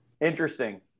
Interesting